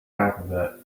alphabet